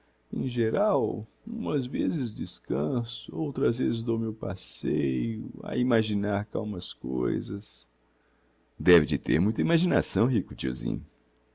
em geral umas vezes descanso outras vezes dou o meu passeio a imaginar cá umas coisas deve de ter muita imaginação rico tiozinho